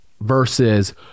versus